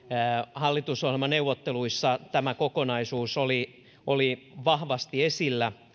hallitusohjelmaneuvotteluissa tämä kokonaisuus oli oli vahvasti esillä